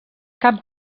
cap